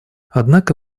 однако